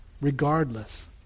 regardless